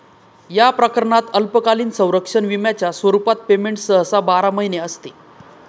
या प्रकरणात अल्पकालीन संरक्षण विम्याच्या स्वरूपात पेमेंट सहसा बारा महिने असते